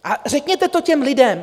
A řekněte to těm lidem.